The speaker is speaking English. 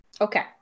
Okay